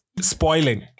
spoiling